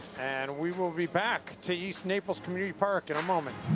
and we will be back to east naples community park in a moment.